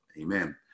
amen